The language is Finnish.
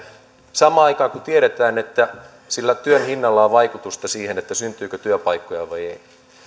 samaan aikaan kun tiedetään että sillä työn hinnalla on vaikutusta siihen syntyykö työpaikkoja vai ei